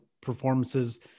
performances